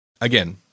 Again